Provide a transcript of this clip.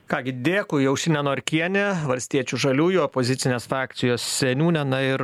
ką gi dėkui aušrinė norkienė valstiečių žaliųjų opozicinės frakcijos seniūne na ir